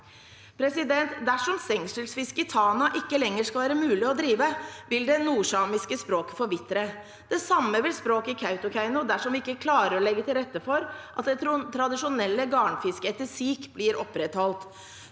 nevne noe. Dersom stengselsfiske i Tana ikke lenger skal være mulig å drive, vil det nordsamiske språket forvitre. Det samme vil språket i Kautokeino dersom vi ikke klarer å legge til rette for at det tradisjonelle garnfisket etter sik blir opprettholdt.